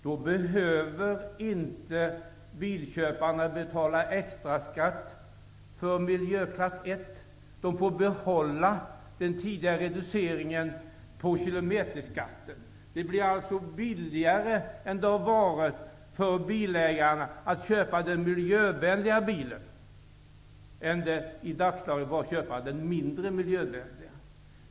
Då behöver inte bilköparna betala extraskatt för miljöklass 1, och de får behålla den tidigare reduceringen av kilometerskatten. Det blir alltså billigare än vad det har varit för bilägarna att köpa den miljövänliga bilen än det i dagsläget är att köpa den mindre miljövänliga.